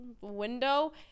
window